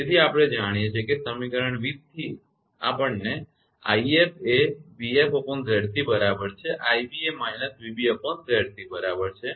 તેથી આપણે જાણીએ છીએ કે સમીકરણ 20 થી આપણે જાણીએ છીએ કે 𝑖𝑓 એ 𝑣𝑓𝑍𝑐 બરાબર છે અને 𝑖𝑏 એ −𝑣𝑏𝑍𝑐 બરાબર છે